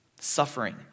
suffering